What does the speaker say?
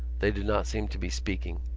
they did not seem to be speaking.